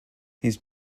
his